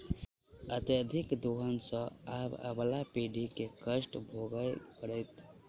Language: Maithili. अत्यधिक दोहन सँ आबअबला पीढ़ी के कष्ट भोगय पड़तै